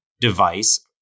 device